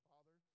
Father